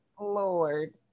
Lord